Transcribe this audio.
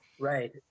Right